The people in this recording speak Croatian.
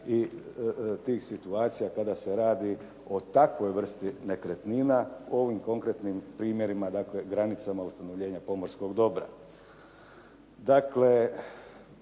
i tih situacija kada se radi o takvoj vrsti nekretnina. U ovim konkretnim primjerima dakle granicama ustanovljenja pomorskog dobra.